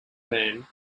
band